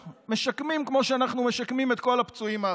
כמו שאנחנו משקמים את כל הפצועים האחרים.